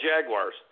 Jaguars